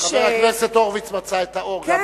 חבר הכנסת הורוביץ מצא את האור גם בחושך.